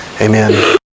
Amen